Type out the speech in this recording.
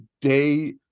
day